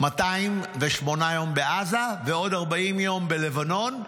208 יום בעזה ועוד 40 יום בלבנון.